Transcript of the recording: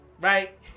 Right